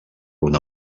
una